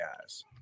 guys